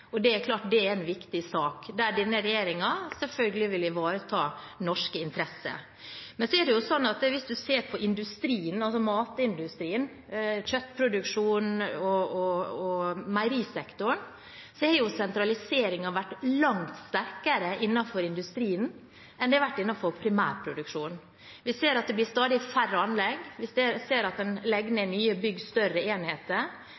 og det er klart det er en viktig sak, der denne regjeringen selvfølgelig vil ivareta norske interesser. Men hvis man ser på matindustrien, kjøttproduksjonen og meierisektoren, har sentraliseringen vært langt sterkere innenfor industrien enn den har vært innenfor primærproduksjonen. Vi ser at det blir stadig færre anlegg, vi ser at en legger ned nye bygg – større enheter